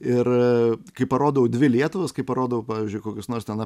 ir kai parodau dvi lietuvas kai parodau pavyzdžiui kokius nors ten